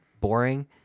boring